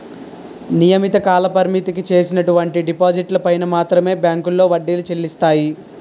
నియమిత కాలపరిమితికి చేసినటువంటి డిపాజిట్లు పైన మాత్రమే బ్యాంకులో వడ్డీలు చెల్లిస్తాయి